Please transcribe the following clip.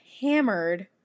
hammered